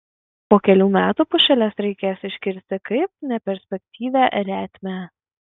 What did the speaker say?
po kelių metų pušeles reikės iškirsti kaip neperspektyvią retmę